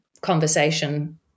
conversation